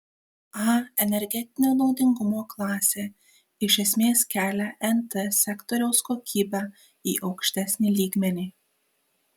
a energetinio naudingumo klasė iš esmės kelia nt sektoriaus kokybę į aukštesnį lygmenį